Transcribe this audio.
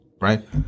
right